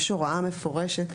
יש הוראה מפורשת,